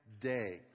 day